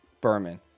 berman